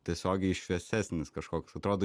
tiesiogiai šviesesnis kažkoks atrodo